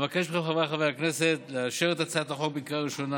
אבקש מחבריי חברי הכנסת לאשר את הצעת החוק בקריאה ראשונה